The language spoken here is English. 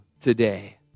today